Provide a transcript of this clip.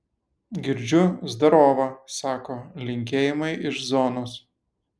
girdžiu zdarova sako linkėjimai iš zonos